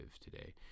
today